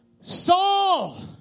Saul